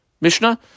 Mishnah